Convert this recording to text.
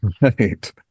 Right